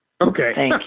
Okay